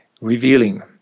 revealing